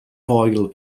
foel